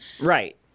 Right